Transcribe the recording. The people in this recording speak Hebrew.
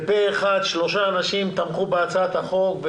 פה אחד, שלושה אנשים תמכו בהצעת החוק.